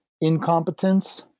incompetence